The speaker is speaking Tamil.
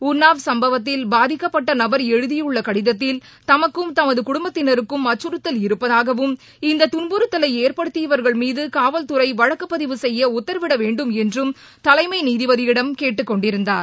உள்ளாவ் சம்பவத்தில் பாதிக்கப்பட்டநபர் எழுதியுள்ளகடிதத்தில் தமக்கும் தமதுகுடும்பத்தினருக்கும் இருப்பதாகவும் இந்ததுன்புறுத்தலைஏற்படுத்தியவர்கள் அச்சுறுத்தல் செய்யஉத்தரவிடவேண்டும் என்றும் தலைமைநீதிபதியிடம் கேட்டுக்கொண்டிருந்தார்